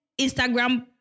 Instagram